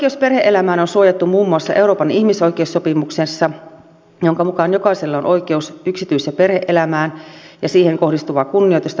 oikeus perhe elämään on suojattu muun muassa euroopan ihmisoikeussopimuksessa jonka mukaan jokaisella on oikeus yksityis ja perhe elämään ja siihen kohdistuvaa kunnioitusta nauttia